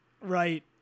Right